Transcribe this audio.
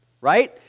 right